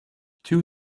two